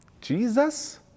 Jesus